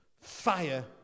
fire